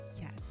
Yes